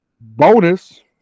Bonus